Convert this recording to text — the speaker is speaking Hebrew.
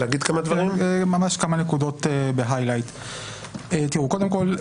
אני אדגיש כמה נקודות: קודם כול,